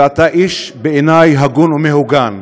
ואתה בעיני איש הגון ומהוגן.